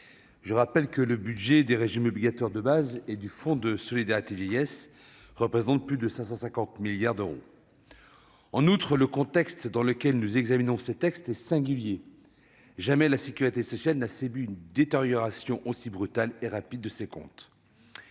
Je rappelle que le budget des régimes obligatoires de base et du Fonds de solidarité vieillesse représente plus de 550 milliards d'euros. En outre, le contexte dans lequel nous examinons ces textes est singulier : jamais la sécurité sociale n'a connu une détérioration aussi brutale et rapide de ses comptes.